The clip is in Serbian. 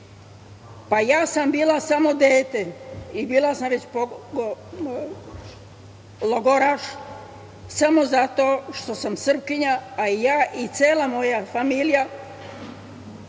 sam bila samo dete i bila sam već logoraš samo zato što sam Srpkinja. I ja i cela moja familija